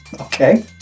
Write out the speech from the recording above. Okay